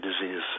disease